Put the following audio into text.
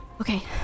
Okay